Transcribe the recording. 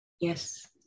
yes